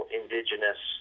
indigenous